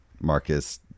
Marcus